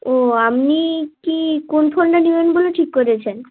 ও আপনি কী কোন ফোনটা নেবেন বলে ঠিক করেছেন